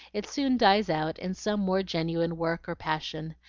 it soon dies out in some more genuine work or passion.